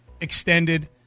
extended